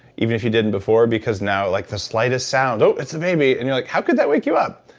even if you didn't before, because now, like the slightest sound, oh, it's the baby. and you're like, how could that wake you up?